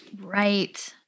Right